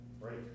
Right